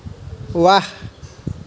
ৱাহ